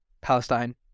Palestine